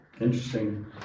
Interesting